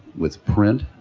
with print,